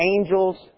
Angels